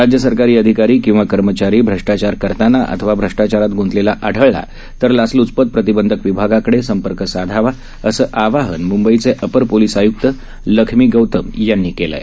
राज्य सरकारी अधिकारी किंवा कर्मचारी भ्रष्टाचार करताना अथवा भ्रष्टाचारात ग्रंतलेला आढळल्यास लाचलुचपत प्रतिबंधक विभागाकडे संपर्क साधावा असं आवाहन मंबईचे अपर पोलीस आयुक्त लखमी गौतम यांनी केलं आहे